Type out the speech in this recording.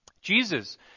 Jesus